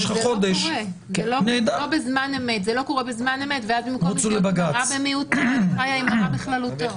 זה לא קורה בזמן אמת ואז במקום הרע --- במיעוטו חיים עם הרע בכללותו.